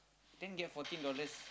then give her fourteen dollars